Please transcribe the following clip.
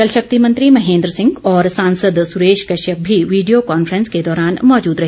जल शक्ति मंत्री महेंद्र सिंह और सांसद सुरेश कश्यप भी वीडियो कांफ्रेंस के दौरान मौजूद रहे